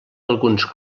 alguns